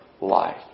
life